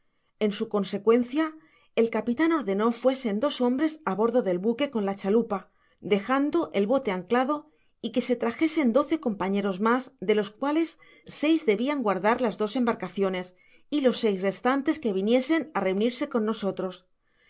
en su consecuencia el capitan ordenó fuesen dos hombres á bordo del buque con la chalupa dejando el bote anclado y que se trajesen doce compañeros mas de los cuales seis debian guardar las dos embarcaciones y los seis restantes que viniesen á reunirse con nosotros